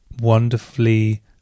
wonderfully